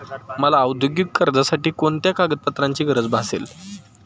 मला औद्योगिक कर्जासाठी कोणत्या कागदपत्रांची गरज भासेल?